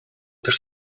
też